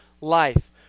life